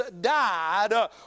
died